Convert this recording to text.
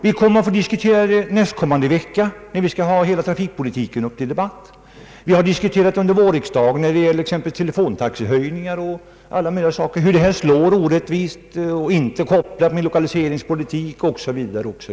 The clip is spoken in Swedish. Vi kommer att få diskutera dem nästkommande vecka, när vi skall ha hela trafikpolitiken uppe till debatt, och vi har diskuterat dem under vårriksdagen, när vi talade om hur telefontaxehöjningar och sådana saker slår orättvist, inte är sammankopplade med lokaliseringspolitiken o.s.v.